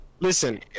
Listen